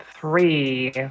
three